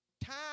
Time